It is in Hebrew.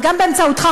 וגם באמצעותך,